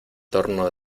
torno